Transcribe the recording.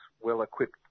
well-equipped